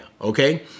Okay